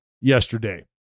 yesterday